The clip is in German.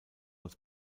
als